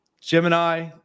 Gemini